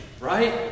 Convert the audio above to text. right